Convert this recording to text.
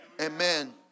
Amen